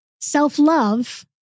Self-love